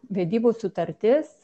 vedybų sutartis